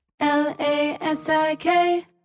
L-A-S-I-K